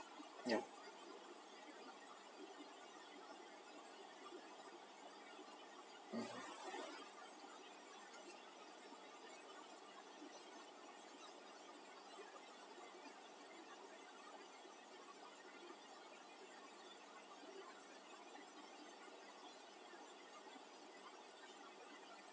yeah